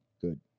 good